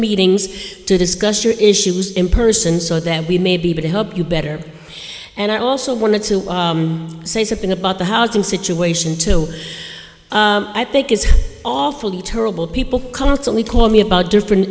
meetings to discuss your issues in person so that we may be able to help you better and i also wanted to say something about the housing situation i think is awfully terrible people constantly call me about different